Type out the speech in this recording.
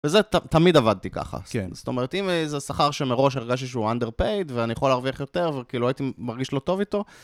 וזה תמיד עבדתי ככה, זאת אומרת אם זה שכר שמראש הרגשתי שהוא underpaid ואני יכול להרוויח יותר וכאילו הייתי מרגיש לא טוב איתו